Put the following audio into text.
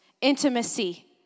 Intimacy